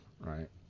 Right